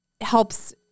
helps